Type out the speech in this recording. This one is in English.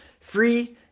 free